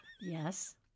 yes